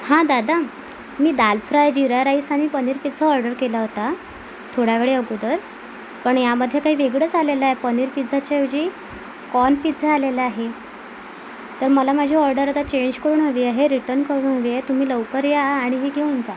हा दादा मी दाल फ्राय जीरा राईस आणि पनीर पिझ्झा ऑर्डर केला होता थोड्या वेळेअगोदर पण या मध्ये काही वेगळंच आलेलं आहे पनीर पिझ्झाच्या ऐवजी कॉर्न पिझ्झा आलेला आहे तर मला माझी ऑर्डर आता चेंज करून हवी आहे रिटर्न करून हवी आहे तुम्ही लवकर या आणि हे घेऊन जा